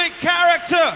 character